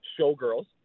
Showgirls